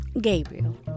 Gabriel